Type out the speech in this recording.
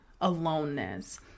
aloneness